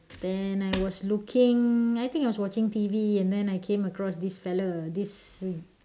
then I was looking I think I was watching T_V and then I came across this fella this